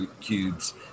cubes